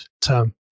term